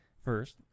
First